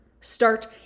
start